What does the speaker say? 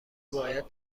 باید